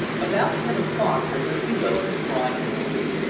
about ten o'clock i went below to try and sleep,